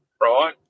right